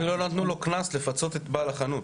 אפילו לא נתנו לו קנס לפצות את בעל החנות.